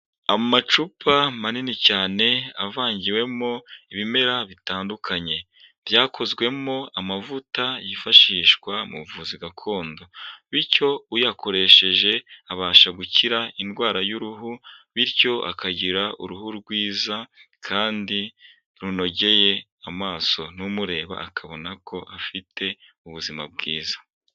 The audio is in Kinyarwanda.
Amacupa manini cyane avangiwemo ibimera bitandukanye, byakozwemo amavuta yifashishwa mu buvuzi gakondo, bityo uyakoresheje abasha gukira indwara y'uruhu, bityo akagira uruhu rwiza kandi runogeye amaso, ni umureba akabona ko afite ubuzima bwiza.